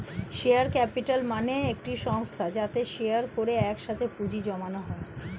share capital মানে একটি সংস্থা যাতে শেয়ার করে একসাথে পুঁজি জমানো হয়